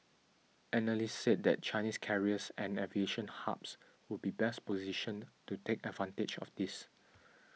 analysts said that Chinese carriers and aviation hubs would be best positioned to take advantage of this